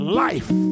life